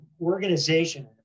organization